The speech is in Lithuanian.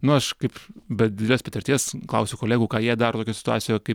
nu aš kaip be didelės patirties klausiu kolegų ką jie daro tokioj situacijoj kaip